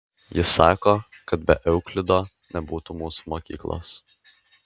jis sako kad be euklido nebūtų mūsų mokyklos